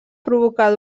provocar